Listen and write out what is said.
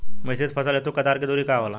मिश्रित फसल हेतु कतार के दूरी का होला?